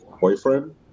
boyfriend